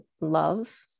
love